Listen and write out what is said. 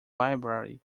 library